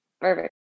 Perfect